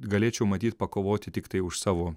galėčiau matyt pakovoti tiktai už savo